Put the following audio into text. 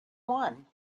one